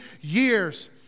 years